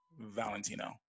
Valentino